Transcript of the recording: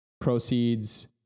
proceeds